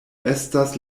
estas